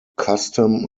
custom